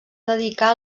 dedicar